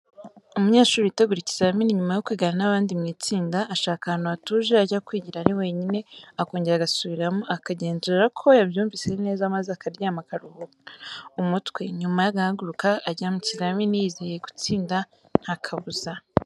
Umunyeshuri witegura ikizamini, nyuma yo kwigana n'abandi mu itsinda, ashaka ahantu hatuje, ajya kwigira ari wenyine, akongera agasubiramo, akagenzura ko yabyumvise neza, maze akaryama akaruhura umutwe, nyuma agahaguruka ajya mu kizamini yizeye gutsinda nta kabuza.